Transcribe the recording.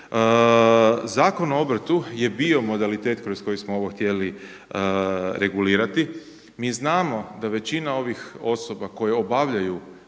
Zakon o obrtu je bio modalitet kroz koji smo ovo htjeli regulirati. Mi znamo da većina ovih osoba koje obavljaju